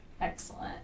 Excellent